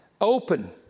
open